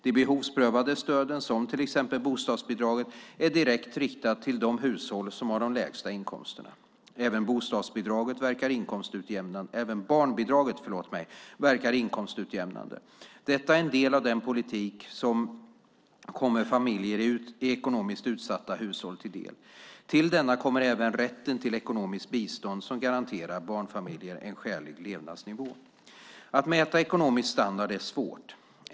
De behovsprövade stöden, som till exempel bostadsbidraget, är direkt riktade till de hushåll som har de lägsta inkomsterna. Även barnbidraget verkar inkomstutjämnande. Detta är en del av den politik som kommer familjer i ekonomiskt utsatta hushåll till del. Till detta kommer även rätten till ekonomiskt bistånd som garanterar barnfamiljer en skälig levnadsnivå. Att mäta ekonomisk standard är svårt.